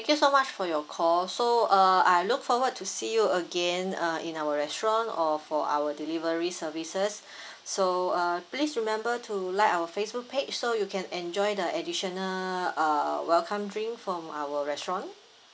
thank you so much for your call so uh I look forward to see you again uh in our restaurant or for our delivery services so uh please remember to like our facebook page so you can enjoy the additional uh welcome drink from our restaurant